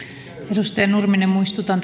edustaja nurminen muistutan